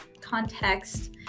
context